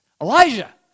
Elijah